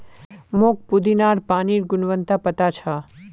मोक पुदीनार पानिर गुणवत्ता पता छ